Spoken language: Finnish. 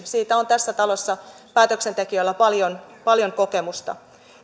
siitä on tässä talossa päätöksentekijöillä paljon paljon kokemusta